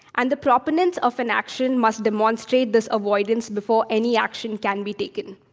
and the proponents of an action must demonstrate this avoidance before any action can be taken.